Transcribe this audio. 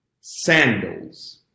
sandals